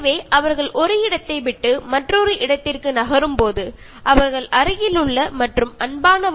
അങ്ങനെ സഞ്ചരിക്കുന്നതിനിടയിൽ ചിലപ്പോൾ അവർക്ക് വേണ്ടപ്പെട്ടവരെ ഒക്കെ നഷ്ടപ്പെട്ടു എന്നും വരാം